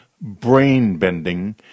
brain-bending